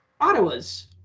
ottawa's